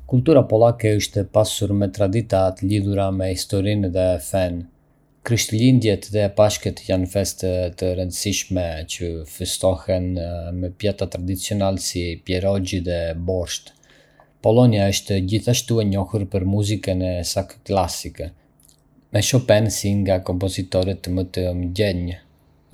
Kultura polake është e pasur me tradita të lidhura me historinë dhe fenë. Krishtlindjet dhe Pashkët janë festa të rëndësishme që festohen me pjata tradicionale si pierogi dhe borscht. Polonia është gjithashtu e njohur për muzikën e saj klasike, me Chopin si një nga kompozitorët më të mëdhenj.